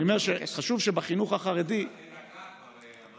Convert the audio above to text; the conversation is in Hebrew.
אני אומר, חשוב שבחינוך החרדי, העמדה היא דקה.